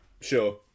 Sure